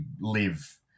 live